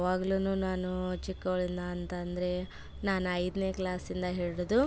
ಯಾವಾಗ್ಲೂನು ನಾನು ಚಿಕ್ಕವಳಿಂದ ಅಂತಂದರೆ ನಾನು ಐದನೇ ಕ್ಲಾಸಿಂದ ಹಿಡಿದು